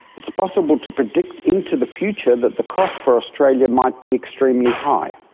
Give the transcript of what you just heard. it's possible to predict into the future that the cost for australia might be extremely high.